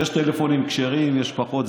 יש טלפונים כשרים ויש פחות.